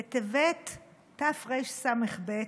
בטבת תרשס"ב,